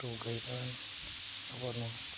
ᱜᱟᱹᱭ ᱠᱟᱲᱟ ᱟᱵᱚ ᱱᱚᱣᱟ